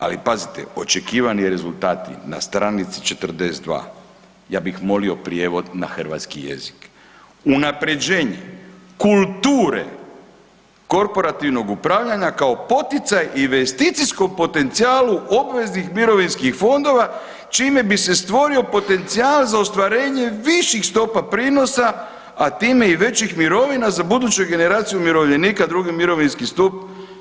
Ali pazite, očekivani rezultati na stranici 42, ja bih molio prijevod na hrvatski jezik unapređenje kulture korporativnog upravljanja kao poticaj investicijskom potencijalu obveznih mirovinskih fondova čime bi se stvorio potencijal za ostvarenje viših stopa prinosa, a time i većih mirovina za buduće generacije umirovljenika drugi mirovinski stup.